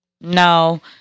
No